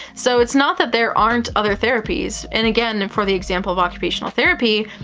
so, it's not that there aren't other therapies, and again, for the example of occupational therapy,